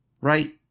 Right